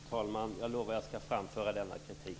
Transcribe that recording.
Fru talman! Jag lovar att jag ska framföra denna kritik.